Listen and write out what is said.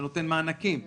שנותן מענקים.